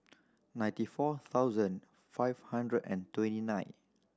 ninety four thousand five hundred and twenty nine